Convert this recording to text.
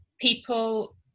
people